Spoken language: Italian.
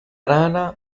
rana